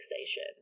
fixation